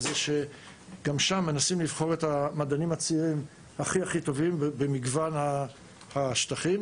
גם שם מנסים לבחור את המדענים הכי טובים במגוון השטחים,